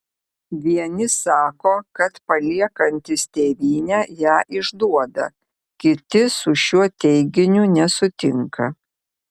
vieni sako kad paliekantys tėvynę ją išduoda kiti su šiuo teiginiu nesutinka